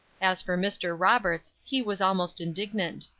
as for mr. roberts, he was almost indignant